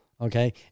okay